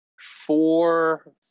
four